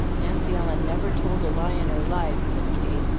nancy ellen never told a lie in her life, said kate.